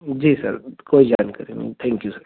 जी sir कोई जानकारी नहीं थैंक यू सर